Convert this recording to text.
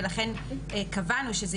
ולכן קבענו שזאת